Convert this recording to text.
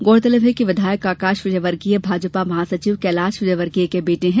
गौरतलब है कि विधायक आकाश विजयवर्गीय भाजपा महासचिव कैलाश विजयवर्गीय के बेटे हैं